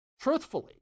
truthfully